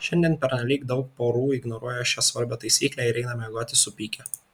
šiandien pernelyg daug porų ignoruoja šią svarbią taisyklę ir eina miegoti supykę